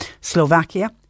Slovakia